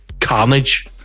carnage